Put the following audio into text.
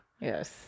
yes